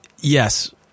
Yes